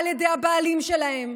על ידי הבעלים שלהן,